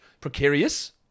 Precarious